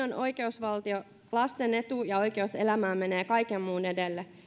on oikeusvaltio lasten etu ja oikeus elämään menee kaiken muun edelle